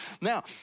Now